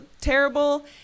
terrible